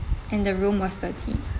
and the room was dirty